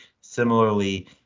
similarly